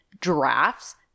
giraffes